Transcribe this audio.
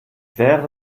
wäre